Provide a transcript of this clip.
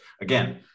again